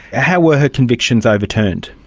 how were her convictions overturned?